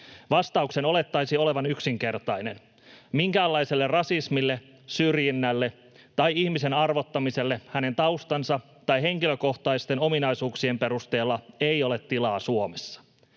Vastauksen olettaisi olevan yksinkertainen. Minkäänlaiselle rasismille, syrjinnälle tai ihmisen arvottamiselle hänen taustansa tai henkilökohtaisten ominaisuuksiensa perusteella ei ole tilaa Suomessa.